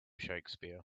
shakespeare